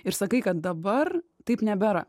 ir sakai kad dabar taip nebėra